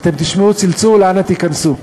אתם תשמעו צלצול, אנא תיכנסו.